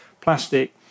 Plastic